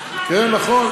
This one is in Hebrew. כן, נכון.